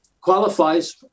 qualifies